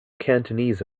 cantonese